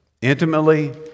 Intimately